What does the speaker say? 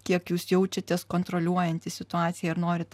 kiek jūs jaučiatės kontroliuojantys situaciją ir norit